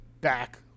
back